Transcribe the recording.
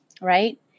right